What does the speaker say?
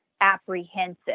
apprehensive